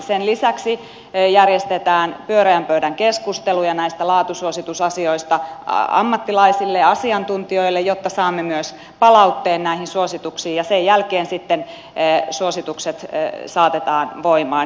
sen lisäksi järjestetään pyöreän pöydän keskusteluja näistä laatusuositusasioista ammattilaisille ja asiantuntijoille jotta saamme myös palautteen näihin suosituksiin ja sen jälkeen sitten suositukset saatetaan voimaan